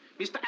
Mr